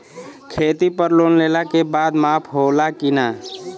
खेती पर लोन लेला के बाद माफ़ होला की ना?